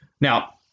Now